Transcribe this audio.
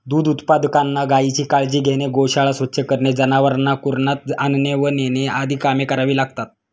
दूध उत्पादकांना गायीची काळजी घेणे, गोशाळा स्वच्छ करणे, जनावरांना कुरणात आणणे व नेणे आदी कामे करावी लागतात